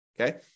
Okay